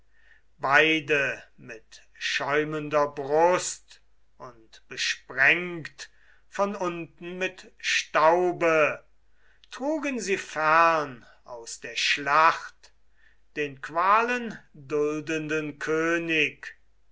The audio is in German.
beide mit schäumender brust und besprengt von unten mit staube trugen sie fern aus der schlacht den qualenduldenden könig